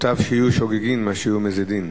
מוטב שיהיו שוגגין משיהיו מזידין.